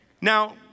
Now